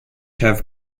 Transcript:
have